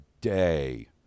day